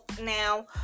now